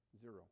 Zero